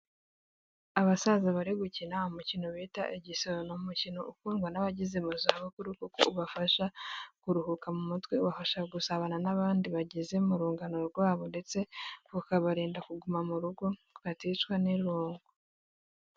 Abasaza bari gukina umukino bita igisobo ni umukino ukundwa n'abageze mu zabukuru kuko ubafasha kuruhuka mu mutwe ubafasha gusabana n'abandi bageze mu rungano rwabo ndetse ukabarinda kuguma mu rugo baticwa n'irungu.